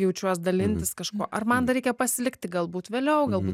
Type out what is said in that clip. jaučiuos dalintis kažkuo ar man dar reikia pasilikti galbūt vėliau galbūt